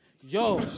Yo